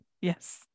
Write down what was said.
Yes